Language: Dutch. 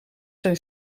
zijn